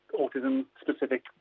autism-specific